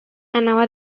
anava